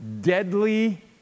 deadly